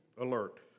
alert